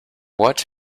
what